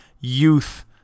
youth